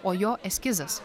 o jo eskizas